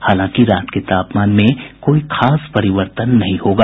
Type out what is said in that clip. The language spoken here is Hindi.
हालांकि रात के तापमान में कोई खास परिवर्तन नहीं होगा